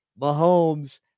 Mahomes